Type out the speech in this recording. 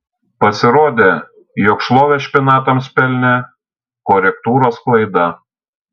pasirodė jog šlovę špinatams pelnė korektūros klaida